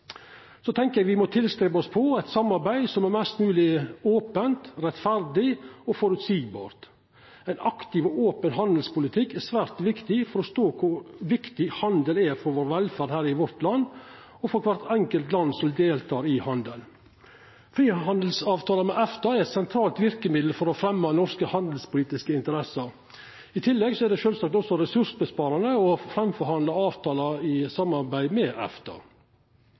Eg tenkjer me må streva etter eit samarbeid som er mest mogleg ope, rettferdig og føreseieleg. Ein aktiv og open handelspolitikk er svært viktig for å forstå kor viktig handel er for velferda i vårt land og for kvart enkelt land som deltek i handel. Frihandelsavtala med EFTA er eit sentralt verkemiddel for å fremja norske handelspolitiske interesser. I tillegg er det sjølvsagt også ressurssparande å framforhandla avtaler i samarbeid med